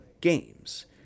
games